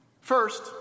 First